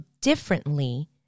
differently